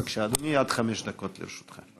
בבקשה אדוני, עד חמש דקות לרשותך.